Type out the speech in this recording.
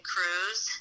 Cruise